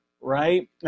right